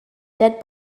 dead